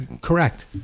Correct